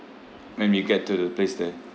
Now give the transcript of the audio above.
when we get to the place there